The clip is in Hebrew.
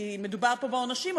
כי מדובר פה בעונשים,